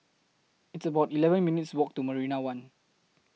It's about eleven minutes' Walk to Marina one